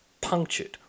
punctured